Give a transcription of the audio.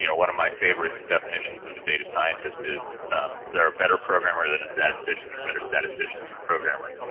you know one of my favorite definitions of a data scientist is they're a better programmer than a statistician or a better statistician than a programmer.